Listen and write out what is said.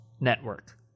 network